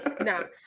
No